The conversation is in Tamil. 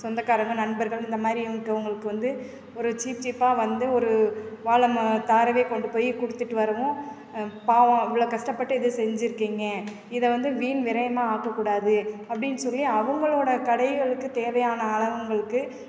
சொந்தக்காரங்க நண்பர்கள் இந்த மாதிரி இவங்குக்கு இவங்களுக்கு வந்து ஒரு சீப்பு சீப்பாக வந்து ஒரு வாழை ம தாரவே கொண்டு போய் கொடுத்துட்டு வரவும் பாவம் அவ்வளோ கஷ்டப்பட்டு இதை செஞ்சு இருக்கீங்க இதை வந்து வீண் விரையமாக ஆக்கக் கூடாது அப்படின்னு சொல்லி அவங்களோட கடைகளுக்குத் தேவையான ஆளவங்களுக்கு